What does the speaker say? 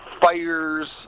fires